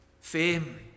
Fame